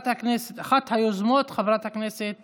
אחת היוזמות, חברת הכנסת